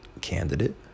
candidate